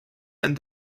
and